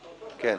כן.